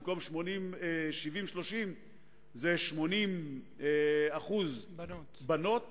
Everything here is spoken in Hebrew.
במקום 30% 70% זה 20% בנים